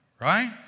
right